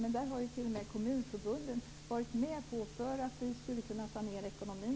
Men t.o.m. kommunförbunden har godtagit detta för att vi skulle kunna sanera ekonomin.